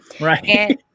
Right